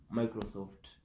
microsoft